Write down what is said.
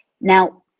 Now